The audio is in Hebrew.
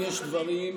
אנשים באקדמיה,